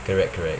correct correct